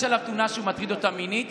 עליו תלונה שהוא מטריד אותה מינית,